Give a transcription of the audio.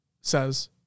says